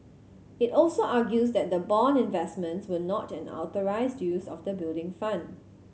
it also argues that the bond investments were not an authorised use of the Building Fund